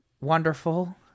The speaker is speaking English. wonderful